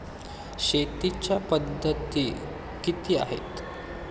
शेतीच्या पद्धती किती आहेत?